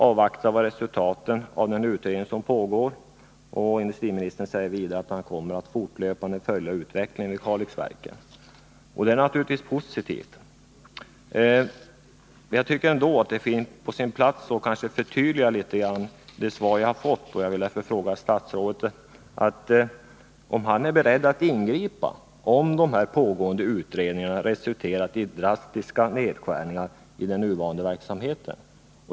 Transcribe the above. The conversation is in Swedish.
avvaktar resultatet av den utredning som pågår. Jag noterar vidare att industriministern kommer att fortlöpande följa utvecklingen vid Kalixverken. Det är naturligtvis positivt. Jag tycker ändå att det är på sin plats med ett litet förtydligande vad gäller det svar jag har fått. Jag vill därför fråga statsrådet om han är beredd att ingripa om de pågående utredningarna resulterar i drastiska nedskärningar av den nuvarande verksamheten.